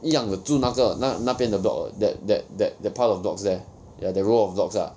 一样的住那个那那边的 block that that that part of blocks there ya that row of blocks lah